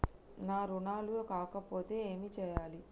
నా రుణాలు కాకపోతే ఏమి చేయాలి?